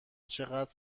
چقدر